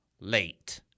late